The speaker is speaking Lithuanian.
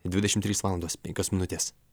dvidešimt trys valandos penkios minutės